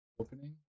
Opening